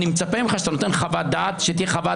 אני מצפה ממך כשאתה נותן חוות דעת שהיא תהיה חוות